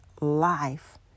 life